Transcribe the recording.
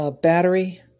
Battery